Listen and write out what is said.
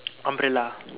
umbrella